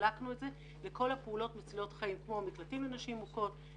וחילקנו אותם לכל הפעולות מצילות חיים כמו מקלטים לנשים מוכות,